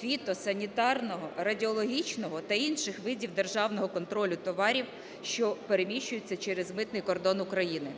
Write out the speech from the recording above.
фітосанітарного, радіологічного та інших видів державного контролю товарів, що переміщуються через митний кордон України.